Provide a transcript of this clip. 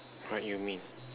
what you mean